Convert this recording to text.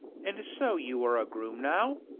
and so you are a groom now?